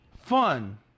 fun